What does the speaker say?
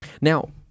Now